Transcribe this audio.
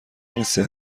نیست